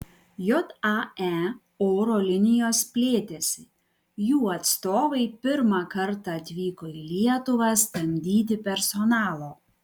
jae oro linijos plėtėsi jų atstovai pirmą kartą atvyko į lietuvą samdyti personalo